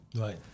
Right